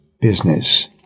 business